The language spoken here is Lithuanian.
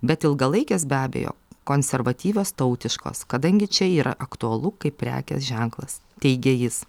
bet ilgalaikės be abejo konservatyvios tautiškos kadangi čia yra aktualu kaip prekės ženklas teigė jis